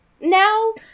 now